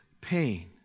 pain